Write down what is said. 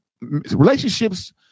relationships